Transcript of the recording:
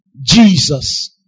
Jesus